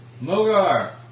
Mogar